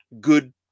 good